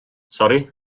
sori